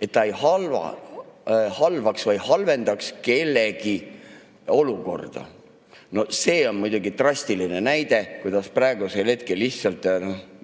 et nad ei halvaks või halvendaks kellegi olukorda. See on muidugi drastiline näide, kuidas praegusel hetkel lihtsalt